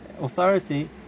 authority